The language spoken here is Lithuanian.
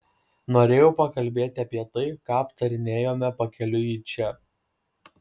norėjau pakalbėti apie tai ką aptarinėjome pakeliui į čia